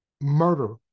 murder